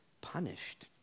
punished